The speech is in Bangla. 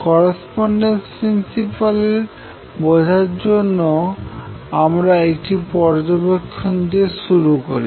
করেসপন্ডেন্স প্রিন্সিপাল বোঝার জন্য আমরা একটি পর্যবেক্ষণ দিয়ে শুরু করি